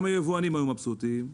גם היבואנים היו מבסוטים,